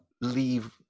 leave